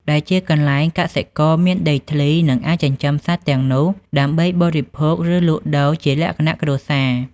ដែលជាកន្លែងកសិករមានដីធ្លី និងអាចចិញ្ចឹមសត្វទាំងនោះដើម្បីបរិភោគ ឬលក់ដូរជាលក្ខណៈគ្រួសារ។